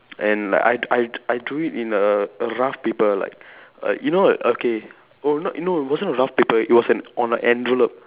and like I I I drew it in a a rough paper like err you know like okay oh not no it wasn't a rough paper it was an on an envelope